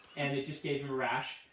and it just gave him a rash.